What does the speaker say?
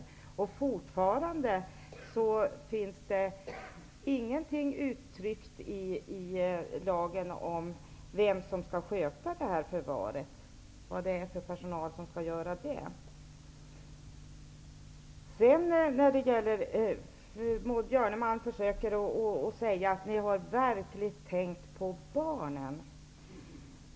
Det står fortfarande inte uttryckt i lagen vilken personalkategori som skall sköta detta förvar. Maud Björnemalm säger att man verkligen har tänkt på barnen.